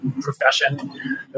profession